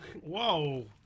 Whoa